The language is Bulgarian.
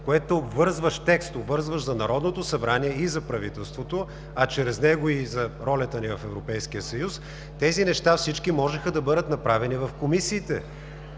което е обвързващ текст, обвързващ за Народното събрание и за правителството, а чрез него и за ролята ни в Европейския съюз, тези всички неща можеха да бъдат направени в комисиите.